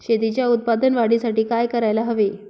शेतीच्या उत्पादन वाढीसाठी काय करायला हवे?